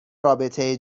رابطه